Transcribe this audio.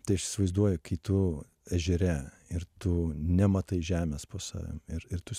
tai aš įsivaizduoju kai tu ežere ir tu nematai žemės po savim ir ir tu